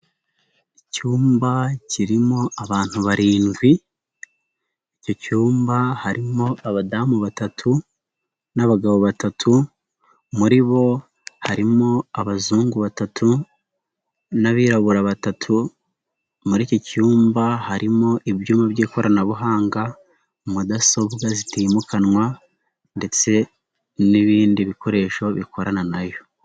Icyumba kirimo abantu barindwi, icyo cyumba harimo abadamu batatu n'abagabo batatu, muri bo harimo abazungu batatu n'abirabura batatu, muri iki cyumba harimo ibyumba by'ikoranabuhanga, mudasobwa zitimukanwa ndetse n'ibindi bikoresho bikorana na yo.